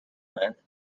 کنند